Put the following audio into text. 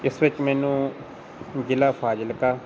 ਇਸ ਵਿੱਚ ਮੈਨੂੰ ਜ਼ਿਲ੍ਹਾ ਫਾਜ਼ਿਲਕਾ